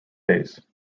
days